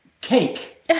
cake